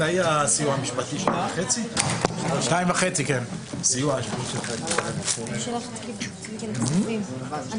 הישיבה ננעלה בשעה 13:48.